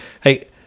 hey